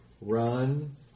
run